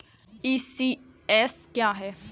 ECS क्या है?